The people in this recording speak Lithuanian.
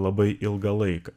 labai ilgą laiką